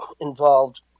involved